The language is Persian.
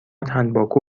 تنباکو